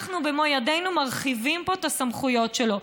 אנחנו במו ידינו מרחיבים פה את הסמכויות שלו.